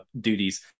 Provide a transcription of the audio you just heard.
duties